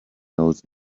knows